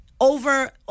Over